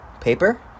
Paper